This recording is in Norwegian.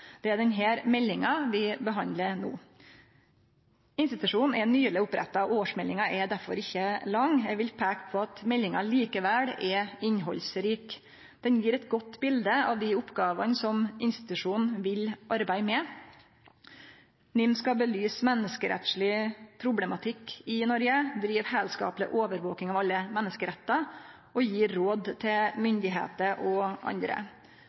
Det er den meldinga vi behandlar no. Institusjonen er nyleg oppretta, og årsmeldinga er derfor ikkje lang. Eg vil peike på at meldinga likevel er innhaldsrik. Ho gjev eit godt bilete av dei oppgåvene som institusjonen vil arbeide med. NIM skal belyse menneskerettsleg problematikk i Noreg, drive heilskapleg overvaking av alle menneskerettar og gje råd til myndigheiter og andre.